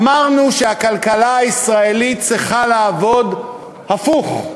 אמרנו שהכלכלה הישראלית צריכה לעבוד הפוך,